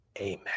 Amen